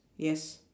yes